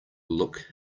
look